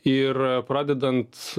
ir pradedant